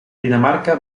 dinamarca